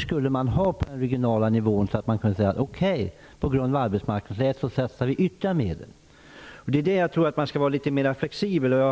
skulle man på den regionala nivån kunna säga att på grund av arbetsmarknadsläget satsar vi ytterligare medel. Jag tror att man skall kunna vara mer flexibel.